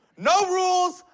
no rules!